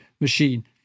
machine